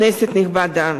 כנסת נכבדה,